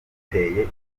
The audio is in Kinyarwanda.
giteye